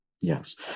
yes